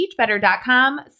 teachbetter.com